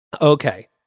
okay